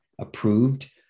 approved